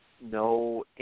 no